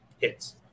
hits